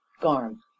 Garm